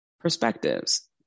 perspectives